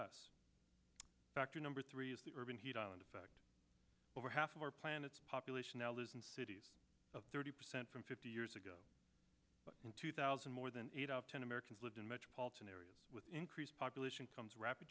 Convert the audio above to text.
s factor number three is the urban heat island effect over half of our planet's population now lives in cities of thirty percent from fifty years ago but in two thousand more than eight out of ten americans lived in metropolitan areas with increased population comes rapid